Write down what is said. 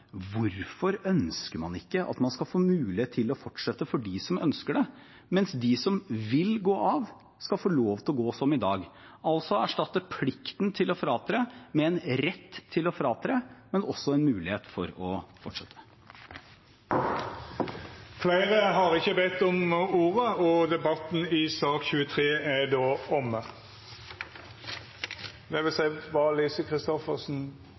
Hvorfor ønsker man ikke at de som ønsker det, skal få mulighet til å fortsette det, mens de som vil gå av, skal få lov til å gå som i dag? Man erstatter altså plikten til å fratre med en rett til å fratre, men også en mulighet for å fortsette. Jeg skal ikke